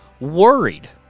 worried